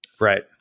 Right